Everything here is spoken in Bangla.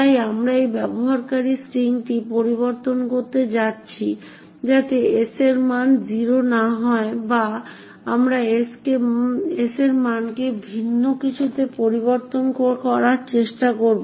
তাই আমরা এই ব্যবহারকারীর স্ট্রিংটি পরিবর্তন করতে যাচ্ছি যাতে s এর মান 0 না হয় বা আমরা s এর মানকে ভিন্ন কিছুতে পরিবর্তন করার চেষ্টা করব